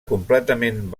completament